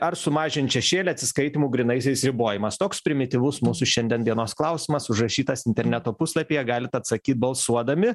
ar sumažint šešėlį atsiskaitymų grynaisiais ribojimas toks primityvus mūsų šiandien dienos klausimas užrašytas interneto puslapyje galit atsakyt balsuodami